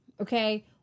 Okay